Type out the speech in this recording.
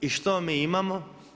I što mi imamo?